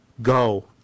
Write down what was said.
Go